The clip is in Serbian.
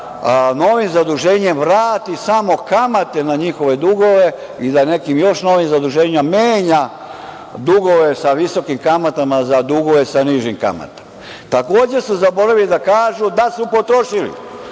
novim zaduženjem da vrati samo kamate na njihove dugove i da nekim novim zaduženjima menja dugove sa visokim kamatama za dugove sa nižim kamatama. Takođe, zaboravili su da kažu da su potrošili